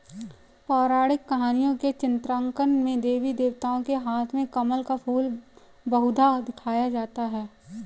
पौराणिक कहानियों के चित्रांकन में देवी देवताओं के हाथ में कमल का फूल बहुधा दिखाया जाता है